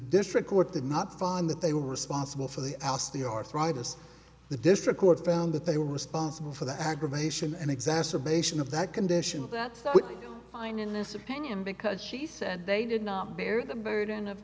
district court did not find that they were responsible for the house the arthritis the district court found that they were sponsible for the aggravation and exacerbation of that condition of that fine in this opinion because she said they did not bear the burden of